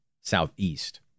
southeast